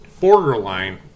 borderline